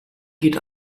geht